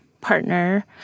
partner